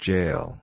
Jail